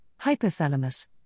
hypothalamus –